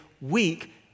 weak